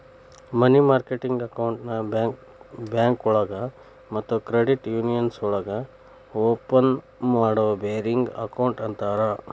ಮನಿ market ಅಕೌಂಟ್ನ ಬ್ಯಾಂಕೋಳಗ ಮತ್ತ ಕ್ರೆಡಿಟ್ ಯೂನಿಯನ್ಸ್ ಒಳಗ ಓಪನ್ ಮಾಡೋ ಬೇರಿಂಗ್ ಅಕೌಂಟ್ ಅಂತರ